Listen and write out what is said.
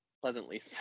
pleasantly